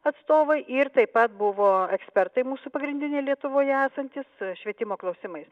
atstovai ir taip pat buvo ekspertai mūsų pagrindiniai lietuvoje esantys švietimo klausimais